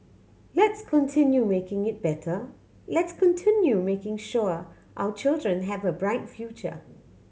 let's continue making it better let's continue making sure our children have a bright future